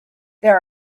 there